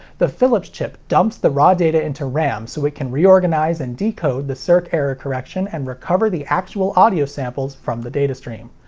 the philips chip dumps the raw data into ram so it can reorganize and decode the circ error correction and recover the actual audio samples from the datastream.